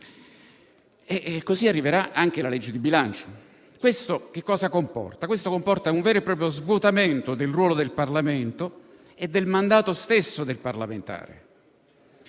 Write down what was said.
Così arriverà anche la legge di bilancio. Ciò comporta un vero e proprio svuotamento del ruolo del Parlamento e del mandato stesso del parlamentare.